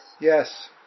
Yes